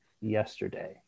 yesterday